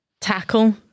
tackle